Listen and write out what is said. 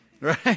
Right